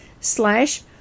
slash